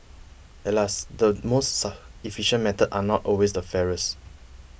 alas the most efficient methods are not always the fairest